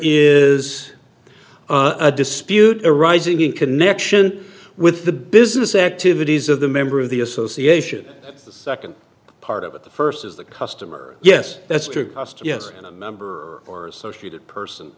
is a dispute arising in connection with the business activities of the member of the association the second part of it the first is the customer yes that's true cost yes and a member or associated person